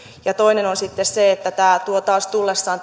ja toisena sitten se se että tämäkin yleissopimus tuo taas tullessaan